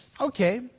okay